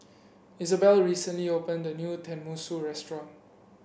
Izabelle recently opened a new Tenmusu restaurant